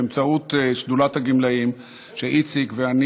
באמצעות שדולת הגמלאים שאיציק ואני